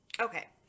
Okay